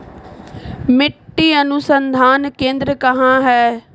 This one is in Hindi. मिट्टी अनुसंधान केंद्र कहाँ है?